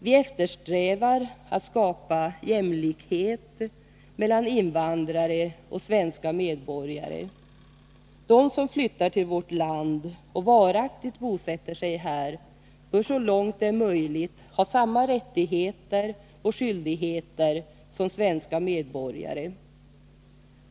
Vi eftersträvar att skapa jämlikhet mellan invandrare och svenska medborgare. De som flyttar till vårt land och varaktigt bosätter sig här bör så långt det är möjligt ha samma rättigheter och skyldigheter som svenska medborgare.